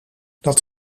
dat